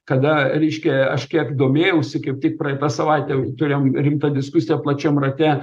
kada reiškia aš kiek domėjausi kaip tik praeitą savaitę turėjom rimtą diskusiją plačiam rate